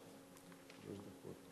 בבקשה.